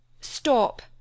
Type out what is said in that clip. Stop